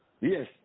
Yes